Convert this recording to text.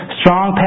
strong